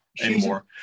anymore